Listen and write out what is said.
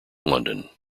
london